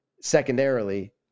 Secondarily